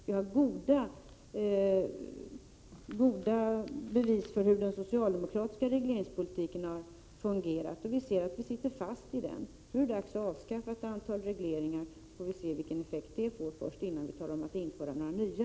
Vi har goda bevis för hur den socialdemokratiska regleringspolitiken har fungerat, och vi ser att vi sitter fast i den. Nu är det dags att avskaffa ett antal regleringar, så att vi får se vilken effekt det får, innan det kan bli tal om att införa några nya.